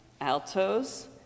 altos